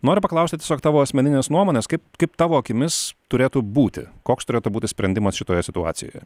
noriu paklausti tiesiog tavo asmeninės nuomonės kaip kaip tavo akimis turėtų būti koks turėtų būti sprendimas šitoje situacijoje